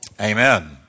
Amen